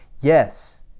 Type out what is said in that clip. Yes